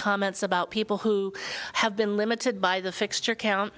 comments about people who have been limited by the fixture count